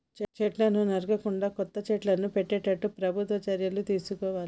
చెట్లను నరకకుండా కొత్త చెట్లను పెట్టేట్టు ప్రభుత్వం చర్యలు తీసుకోవాలి